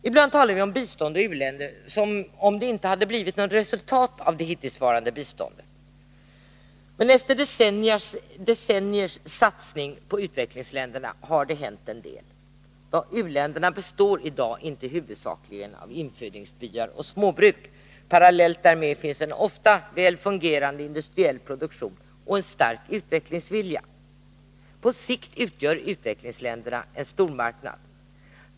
Ibland talar vi om bistånd och u-länder som om det inte blivit något resultat av det hittillsvarande biståndet, men efter decenniers satsning på utvecklingsländerna har det hänt en del. U-länderna består i dag inte huvudsakligen 2” avinfödingsbyar och småbruk. Parallellt därmed finns ofta en väl fungerande industriell produktion och en stark utvecklingsvilja. På sikt utgör utvecklingsländerna en stor marknad.